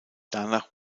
danach